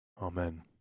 Amen